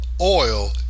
oil